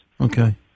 Okay